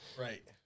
Right